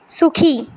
সুখী